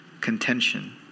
contention